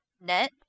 net